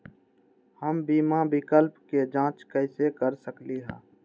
हम बीमा विकल्प के जाँच कैसे कर सकली ह?